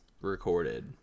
recorded